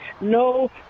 No